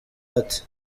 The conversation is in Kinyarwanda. ati